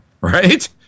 right